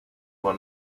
what